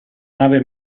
nave